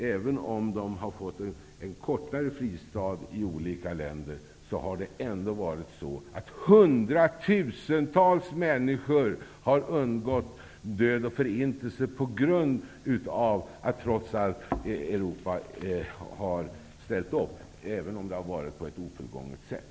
Även om de har fått en kortare fristad i olika länder, har ändå hundratusentals människor undgått död och förintelse genom att Europa trots allt ställt upp, om än på ett ofullgånget sätt.